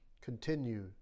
continue